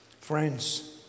Friends